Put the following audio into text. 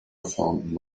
found